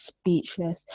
speechless